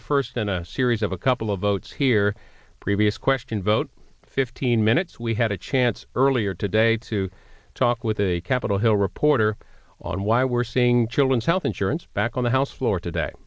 the first in a series of a couple of votes here previous question vote fifteen minutes we had a chance earlier today to talk with a capitol hill reporter on why we're seeing children's health insurance back on the house floor today